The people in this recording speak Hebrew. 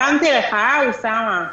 הרמתי לך, אה, אוסאמה....